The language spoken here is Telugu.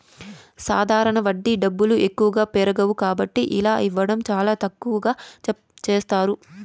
సాధారణ వడ్డీ డబ్బులు ఎక్కువగా పెరగవు కాబట్టి ఇలా ఇవ్వడం చాలా తక్కువగా చేస్తారు